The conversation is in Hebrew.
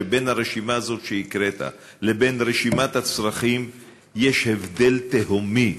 שבין הרשימה שהקראת לבין רשימת הצרכים יש הבדל תהומי.